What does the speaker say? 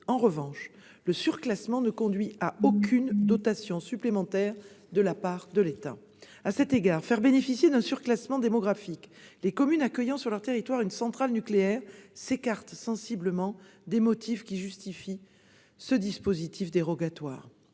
En revanche, le surclassement ne conduit à aucune dotation supplémentaire de la part de l'État. À cet égard, faire bénéficier d'un surclassement démographique les communes accueillant sur leur territoire une centrale nucléaire s'écarte sensiblement des motifs qui justifient ce dispositif dérogatoire.